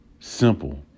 Simple